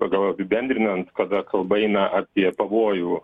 pagal apibendrinant kada kalba eina apie pavojų